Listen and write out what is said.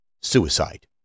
Suicide